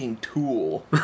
Tool